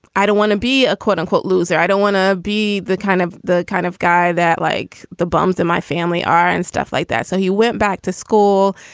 i don't want to be a quote unquote, loser. i don't want to be the kind of the kind of guy that, like the bums in my family are and stuff like that. so you went back to school.